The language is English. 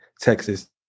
Texas